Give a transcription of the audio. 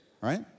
right